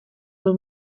byl